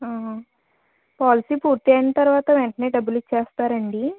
policy పూర్తయిన తర్వాత వెంటనే డబ్బులు ఇచ్చేస్తారా అండి